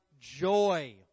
joy